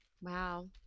Wow